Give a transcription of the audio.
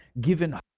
given